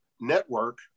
network